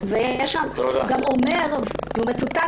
אסיים